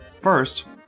First